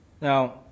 Now